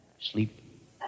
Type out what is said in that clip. sleep